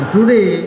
Today